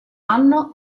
anno